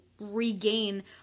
regain